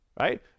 right